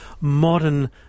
Modern